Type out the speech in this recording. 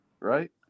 Right